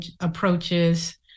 approaches